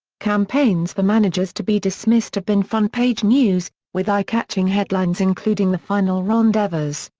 campaigns for managers to be dismissed have been front page news, with eye-catching headlines including the final ron-devouz,